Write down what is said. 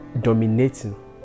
dominating